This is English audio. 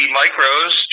micros